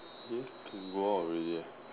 eh can go out already ah